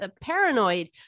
paranoid